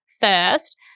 first